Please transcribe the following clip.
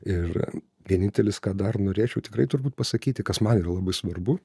ir vienintelis ką dar norėčiau tikrai turbūt pasakyti kas man yra labai svarbu